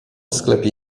sklepie